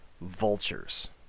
vultures